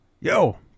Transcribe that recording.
yo